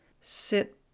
sit